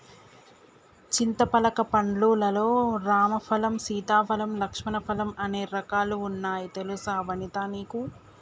చింతపలక పండ్లు లల్లో రామ ఫలం, సీతా ఫలం, లక్ష్మణ ఫలం అనే రకాలు వున్నాయి తెలుసా వనితా నీకు